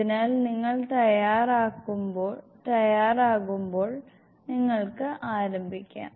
അതിനാൽ നിങ്ങൾ തയ്യാറാകുമ്പോൾ നിങ്ങൾക്ക് ആരംഭിക്കാം